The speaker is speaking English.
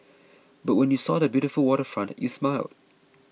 but when you saw the beautiful waterfront you smiled